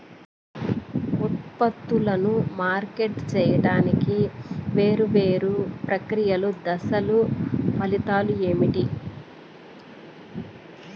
ఉత్పత్తులను మార్కెట్ సేయడానికి వేరువేరు ప్రక్రియలు దశలు ఫలితాలు ఏంటి?